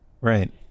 Right